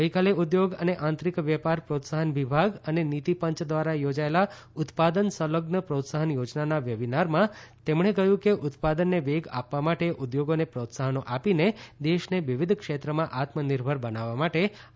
ગઇકાલે ઉદ્યોગ અને આંતરિક વેપાર પ્રોત્સાહન વિભાગ અને નીતિ પંચ દ્વારા થોજાએલા ઉત્પાદન સંલઝ્ન પ્રોત્સાફન યોજનાના વેબિનારમાં તેમણે કહ્યું કે ઉત્પાદનને વેગ આપવા માટે ઉદ્યોગોને પ્રોત્સાહનો આપીને દેશને વિવિધ ક્ષેત્રમાં આત્મનિર્ભર બનાવવા માટે આ યોજના શરૂ કરવામાં આવી છે